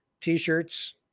t-shirts